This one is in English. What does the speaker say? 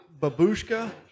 babushka